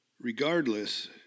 Regardless